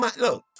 look